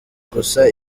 gusa